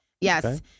Yes